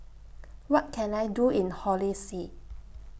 What Can I Do in Holy See